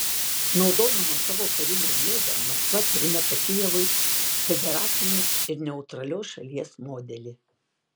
naudodama savo karinę jėgą maskva primeta kijevui federacinės ir neutralios šalies modelį